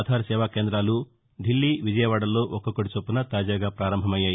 ఆధార్ సేవా కేందాలు దిల్లీ విజయవాదల్లో ఒక్కొక్కటి చొప్పున తాజాగా పారంభమయ్యాయి